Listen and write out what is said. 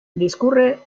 discurre